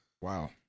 Wow